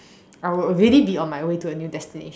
I will already be on my way to a new destination